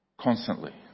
constantly